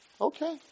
Okay